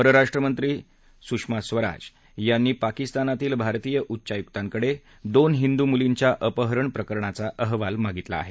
परराष्ट्रमंत्री सुषमा स्वराज यांनी पाकिस्तानातील भारतीय उच्चायुकांकडे दोन हिंदू मुलींच्या अपहरणाप्रकरणाचा अहवाल मागितला आहे